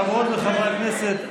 חברות וחברי הכנסת,